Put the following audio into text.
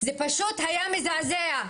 זה פשוט היה מזעזע.